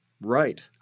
Right